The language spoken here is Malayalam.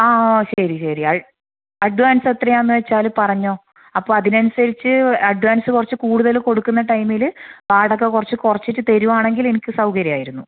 ആ ഓ ശരി ശരി അഡ്വാൻസ് എത്രയാന്ന് വെച്ചാല് പറഞ്ഞോ അപ്പം അതിനനുസരിച്ച് അഡ്വാൻസ് കുറച്ച് കൂടുതല് കൊടുക്കുന്ന ടൈമില് വാടക കുറച്ച് കുറച്ചിട്ട് തരികയാണെങ്കിൽ എനിക്ക് സൗകര്യമായിരുന്നു